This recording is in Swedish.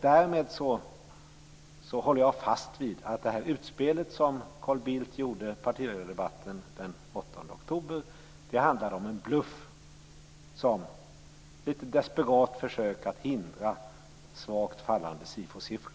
Därmed håller jag fast vid att det utspel som Carl Bildt gjorde under partiledardebatten den 8 oktober var en bluff och ett desperat försök att hindra svagt fallande SIFO-siffror.